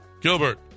Gilbert